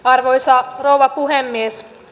arvoisa rouva puhemies